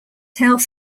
health